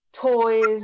toys